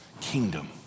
kingdom